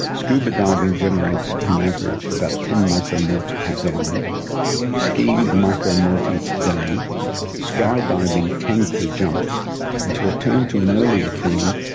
scuba diving generates, on average, about ten micromorts per dive skiing a micromort each day skydiving ten per jump and to return to an earlier theme,